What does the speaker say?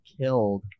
killed